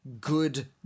good